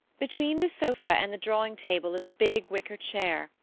between the sofa and the drawing-table is a big wicker chair,